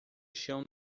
chão